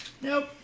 Nope